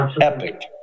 Epic